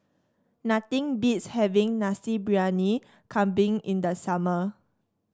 nothing beats having Nasi Briyani Kambing in the summer